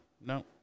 No